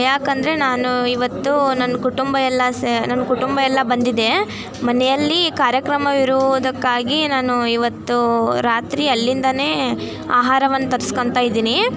ಯಾಕೆಂದ್ರೆ ನಾನು ಇವತ್ತು ನನ್ನ ಕುಟುಂಬ ಎಲ್ಲ ಸೆ ನನ್ನ ಕುಟುಂಬ ಎಲ್ಲ ಬಂದಿದೆ ಮನೆಯಲ್ಲಿ ಕಾರ್ಯಕ್ರಮ ಇರುವುದಕ್ಕಾಗಿ ನಾನು ಇವತ್ತು ರಾತ್ರಿ ಅಲ್ಲಿಂದನೇ ಆಹಾರವನ್ನು ತರ್ಸ್ಕೋತಾ ಇದ್ದೀನಿ